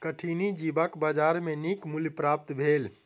कठिनी जीवक बजार में नीक मूल्य प्राप्त भेल